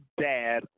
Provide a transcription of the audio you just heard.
dad